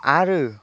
आरो